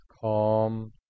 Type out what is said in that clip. calm